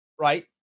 right